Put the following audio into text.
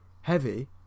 heavy